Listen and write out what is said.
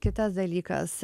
kitas dalykas